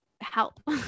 help